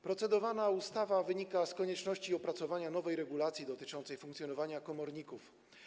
Procedowana ustawa wynika z konieczności opracowania nowej regulacji dotyczącej funkcjonowania komorników.